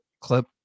clip